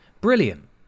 Brilliant